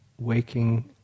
waking